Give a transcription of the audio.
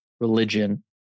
religion